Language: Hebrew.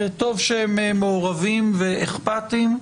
טוב שהם מעורבים ואיכפתיים.